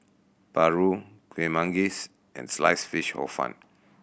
paru Kueh Manggis and Sliced Fish Hor Fun